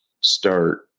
start